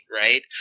right